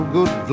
Good